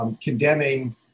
Condemning